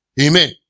Amen